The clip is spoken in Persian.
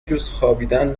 جزخوابیدن